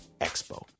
expo